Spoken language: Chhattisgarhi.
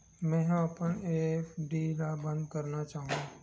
मेंहा अपन एफ.डी ला बंद करना चाहहु